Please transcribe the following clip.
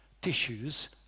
tissues